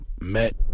met